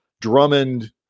Drummond